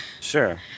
Sure